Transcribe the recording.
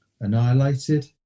annihilated